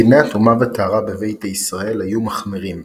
דיני הטומאה והטהרה בביתא ישראל היו מחמירים,